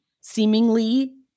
seemingly